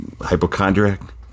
hypochondriac